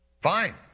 fine